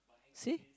see